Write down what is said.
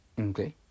Okay